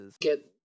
Get